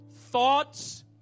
Thoughts